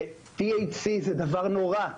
הם חושבים ש-THC זה דבר נורא,